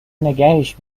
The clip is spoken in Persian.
نگهش